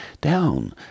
down